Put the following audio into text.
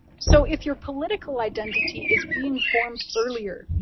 so if your political identity is being formed earlier,